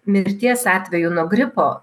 mirties atvejų nuo gripo